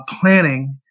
planning